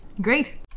Great